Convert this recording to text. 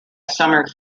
summer